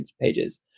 pages